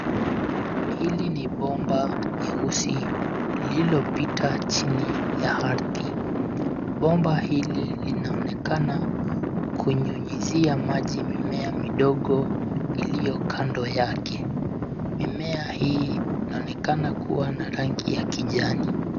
Hili ni bomba nyeusi lililopita chini ya ardhi. Bomba hili linaonekana kunyunyizia maji mimea midogo iliyo kando yake. Mimea hii inaonekana kuwa na rangi ya kijani.